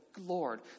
Lord